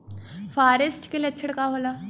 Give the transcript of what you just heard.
फारेस्ट के लक्षण का होला?